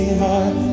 heart